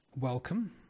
Welcome